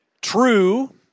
true